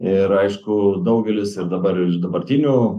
ir aišku daugelis ir dabar iš dabartinių